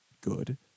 good